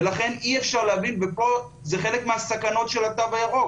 ופה זה חלק מהסכנות של התו הירוק,